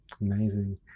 Amazing